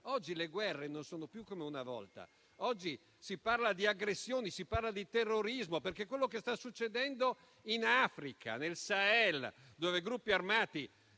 Oggi le guerre non sono più come quelle di una volta. Oggi si parla di aggressioni e di terrorismo, perché quello che sta succedendo in Africa, nel Sahel, dove gruppi armati